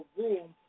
room